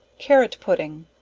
carrot pudding.